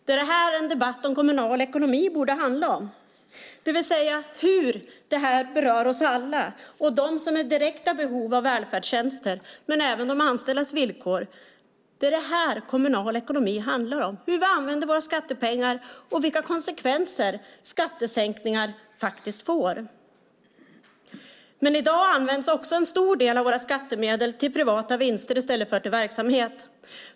Det är det här som en debatt om kommunal ekonomi borde handla om, det vill säga hur det berör oss alla och dem som är i direkt behov av de välfärdstjänster men även de anställdas villkor. Det är det här kommunal ekonomi handlar om - hur vi använder våra skattepengar och vilka konsekvenser skattesänkningar får. I dag används en stor del av våra skattemedel till privata vinster i stället för till verksamhet.